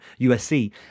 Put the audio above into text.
USC